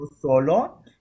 solo